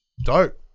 dope